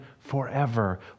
forever